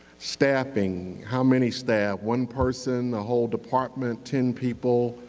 staffing, how many staff? one person? the whole department? ten people?